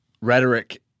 rhetoric